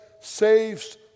saves